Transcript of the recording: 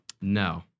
No